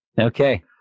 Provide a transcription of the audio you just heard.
Okay